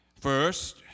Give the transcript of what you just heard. first